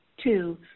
two